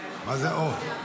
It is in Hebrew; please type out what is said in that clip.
מה זה או-הו?